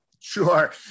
sure